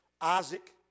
Isaac